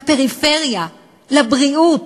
לפריפריה, לבריאות?